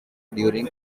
during